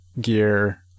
gear